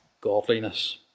godliness